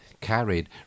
carried